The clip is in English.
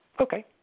Okay